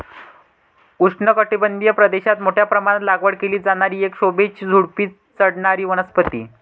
उष्णकटिबंधीय प्रदेशात मोठ्या प्रमाणात लागवड केली जाणारी एक शोभेची झुडुपी चढणारी वनस्पती